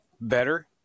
Better